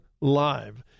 Live